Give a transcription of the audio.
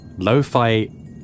lo-fi